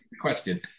question